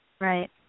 Right